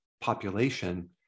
population